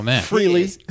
freely